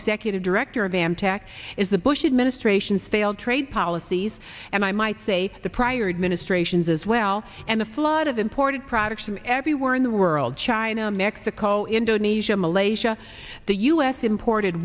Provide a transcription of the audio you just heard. executive director of bam tech is the bush administration's failed trade policies and i might say the prior administrations as well and the flood of imported products from everywhere in the world china mexico indonesia malaysia the us imported